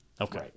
Okay